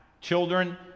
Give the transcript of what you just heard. children